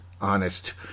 honest